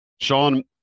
Sean